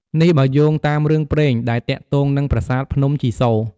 នេះបើយោងតាមរឿងព្រេង ដែលទាក់ទងនឹងប្រាសាទភ្នំជីសូរ្យ។